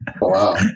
Wow